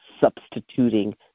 substituting